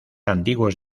antiguos